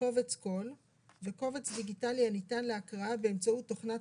קובץ קול וקובץ דיגיטלי הניתן להקראה באמצעות תכנת